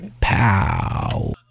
pow